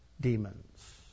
demons